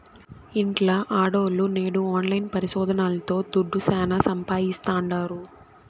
ఇంట్ల ఆడోల్లు నేడు ఆన్లైన్ పరిశోదనల్తో దుడ్డు శానా సంపాయిస్తాండారు